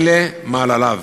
אלה מעלליו.